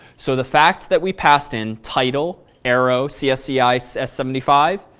so the facts that we pass in title arrow csci s s seventy five,